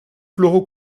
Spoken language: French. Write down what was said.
floraux